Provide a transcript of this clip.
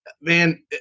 man